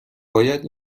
باید